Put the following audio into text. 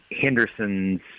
Henderson's